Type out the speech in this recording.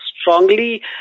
strongly